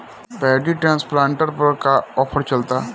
Paddy transplanter पर का offer चलता?